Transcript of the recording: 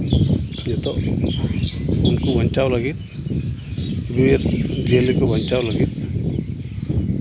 ᱱᱤᱛᱚᱜ ᱩᱱᱠᱩ ᱵᱟᱧᱪᱟᱣ ᱞᱟᱹᱜᱤᱫ ᱵᱤᱨ ᱡᱤᱭᱟᱹᱞᱤ ᱠᱚ ᱵᱟᱧᱪᱟᱣ ᱞᱟᱹᱜᱤᱫ